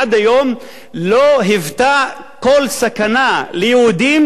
עד היום לא היוותה כל סכנה ליהודים,